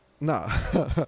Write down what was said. No